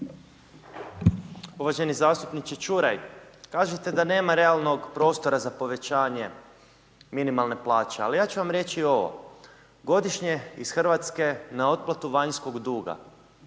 Uvaženi zastupniče Čuraj, kažete da nema realnog prostora za povećanje minimalne plaće. Ali ja ću vam reći ovo. Godišnje iz Hrvatske na otplatu vanjskog duga